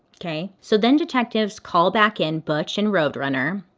okay. so then detectives call back in butch and roadrunner,